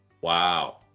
Wow